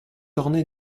ornée